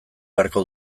beharko